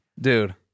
Dude